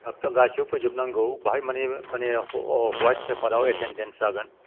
थाब गासिबो फैजोब नांगौ बाहाय मानि मानि ह हवाइट पेपारा एटेनडेन्स जागोन